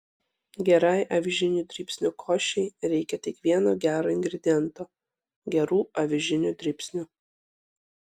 gerai avižinių dribsnių košei reikia tik vieno gero ingrediento gerų avižinių dribsnių